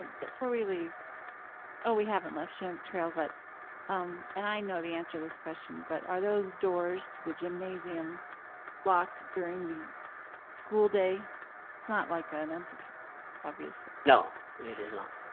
before we leave oh, we haven't left chinook trail, but um and i know the answer to this question, but are those doors to the gymnasium locked during the school day. it's not like an unsecured obviously. no, it is not.